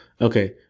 Okay